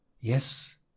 yes